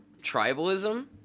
tribalism